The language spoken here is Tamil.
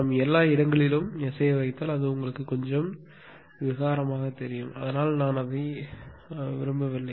நாம் எல்லா இடங்களிலும் S ஐ வைத்தால் அது உங்களுக்கு கொஞ்சம் விகாரமாக தெரியும் அதனால் நான் அதை விரும்பவில்லை